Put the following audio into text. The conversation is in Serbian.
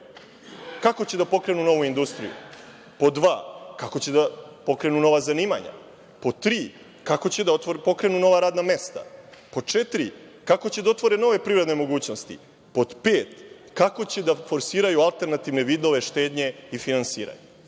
kako će da pokrenu novu industriju? Pod dva – kako će da pokrenu nova zanimanja? Pod tri – kako će da pokrenu nova radna mesta? Pod četiri – kako će da otvore nove privredne mogućnosti? Pod pet – kako će da forsiraju alternativne vidove štednje i finansiranja?